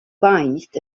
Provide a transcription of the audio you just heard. based